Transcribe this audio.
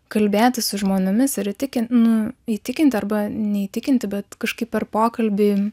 kalbėti su žmonėmisir įtikint nu įtikinti arba neįtikinti bet kažkaip per pokalbį